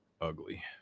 ugly